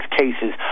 cases